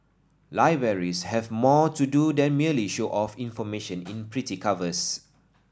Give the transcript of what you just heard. libraries have more to do than merely show off information in pretty covers